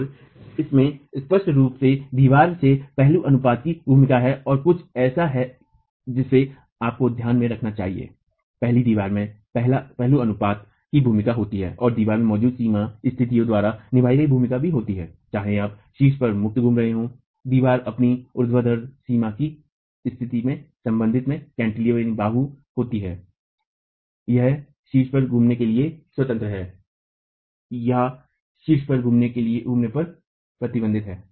और इसमें स्पष्ट रूप से दीवार के पहलू अनुपात की भूमिका है और कुछ ऐसा है जिसे आपको ध्यान में रखना चाहिए पहले दीवार के पहलू अनुपात की भूमिका होती है और दीवार में मौजूद सीमा स्थितियों द्वारा निभाई गई भूमिका भी होती है चाहे आप शीर्ष पर मुक्त घूमते हों दीवार अपनी ऊर्ध्वाधर सीमा की स्थिति के संबंध में बाहू होती है यह शीर्ष पर घूमने के लिए स्वतंत्र है या शीर्ष पर फिर से घूमने पर प्रतिबंध है